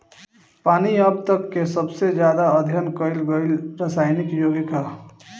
पानी अब तक के सबसे ज्यादा अध्ययन कईल गईल रासायनिक योगिक ह